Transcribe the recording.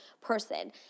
person